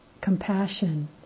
compassion